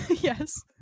Yes